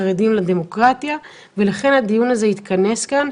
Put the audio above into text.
חרדים לדמוקרטיה, לכן הדיון הזה התכנס כאן.